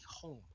home